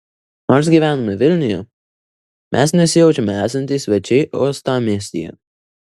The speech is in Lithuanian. nors gyvename vilniuje mes nesijaučiame esantys svečiai uostamiestyje